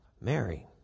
Mary